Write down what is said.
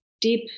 deep